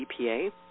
EPA